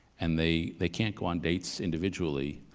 and they they can't go on dates individually,